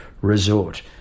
Resort